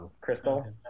Crystal